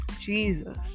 Jesus